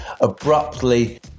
abruptly